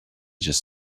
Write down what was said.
just